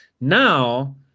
Now